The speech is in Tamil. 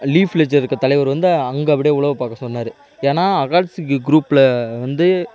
லீஃப் வில்லேஜுல் இருக்க தலைவர் வந்து அங்கே அப்படியே உளவு பார்க்க சொன்னாரு ஏன்னால் அக்காட்சிக்கு குரூப்பில் வந்து